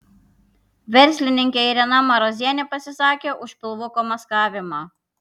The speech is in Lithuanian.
verslininkė irena marozienė pasisakė už pilvuko maskavimą